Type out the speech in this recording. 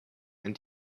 and